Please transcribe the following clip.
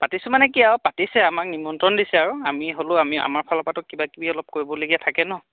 পাতিছোঁ মানে কি আৰু পাতিছে আমাক নিমন্ত্ৰণ দিছে আৰু আমি হ'লেও আমি আমাৰ ফালৰ পৰাটো কিবাকিবি অলপ কৰিবলগীয়া থাকে ন